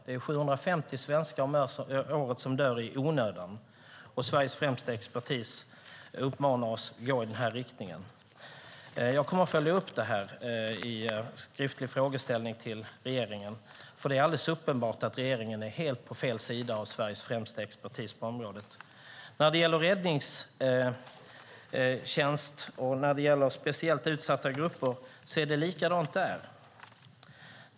Det är 750 svenskar om året som dör i onödan, och Sveriges främsta expertis uppmanar oss att gå i den här riktningen. Jag kommer att följa upp det här i en skriftlig fråga till regeringen, för det är alldeles uppenbart att regeringen är helt på fel sida av Sveriges främsta expertis på området. När det gäller räddningstjänst och när det gäller speciellt utsatta grupper är det likadant där.